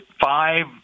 five